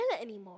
anymore